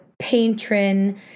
patron